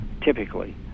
typically